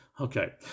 Okay